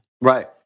Right